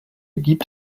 gibt